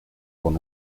con